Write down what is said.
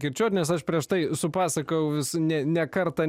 kirčiuot nes aš prieš tai supasakojau vis ne ne kartą